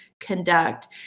conduct